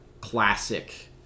classic